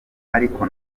ariko